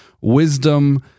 wisdom